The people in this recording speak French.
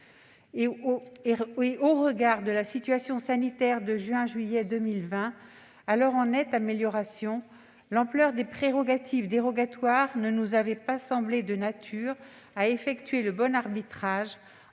Au regard de la situation sanitaire en juin et juillet derniers, alors en nette amélioration, l'ampleur des prérogatives dérogatoires ne nous avait pas semblé de nature à effectuer le bon arbitrage